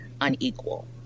unequal